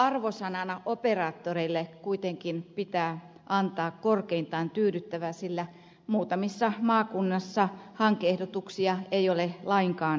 kokonaisarvosanaksi operaattoreille kuitenkin pitää antaa korkeintaan tyydyttävä sillä muutamissa maakunnissa hanke ehdotuksia ei ole lainkaan saatu